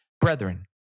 Brethren